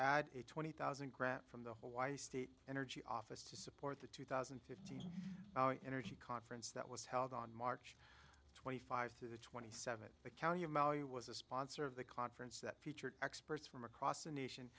add a twenty thousand grant from the hawaii state energy office to support the two thousand and fifteen energy conference that was held on march twenty five to twenty seven the county was a sponsor of the conference that featured experts from across the nation